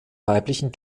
weiblichen